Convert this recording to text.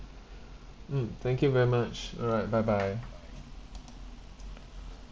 mm thank you very much alright bye bye